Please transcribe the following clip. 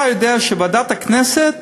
אתה יודע שוועדת הכנסת